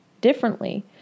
differently